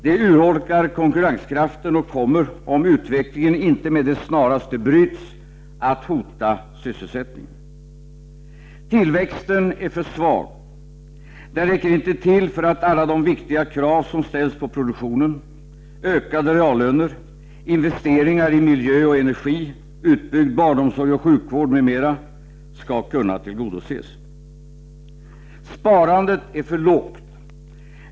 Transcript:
Det urholkar konkurrenskraften, och kommer — om utvecklingen inte med det snaraste bryts — att hota sysselsättningen. o Tillväxten är för svag. Den räcker inte till för att alla viktiga krav som ställs på produktionen — ökade reallöner, investeringar i miljö och energi, utbyggd barnomsorg och sjukvård, m.m. — skall kunna tillgodoses. o Sparandet är för lågt.